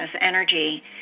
energy